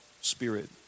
spirit